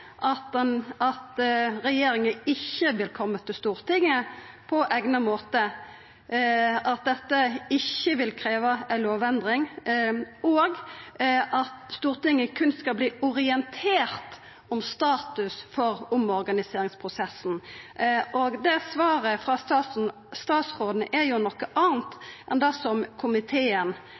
at regjeringa ikkje vil koma til Stortinget på eigna måte, at dette ikkje vil krevja ei lovendring, og at Stortinget berre skal verta orientert om status for omorganiseringsprosessen. Det svaret frå statsråden er jo noko anna enn det som komiteen